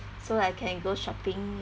so I can go shopping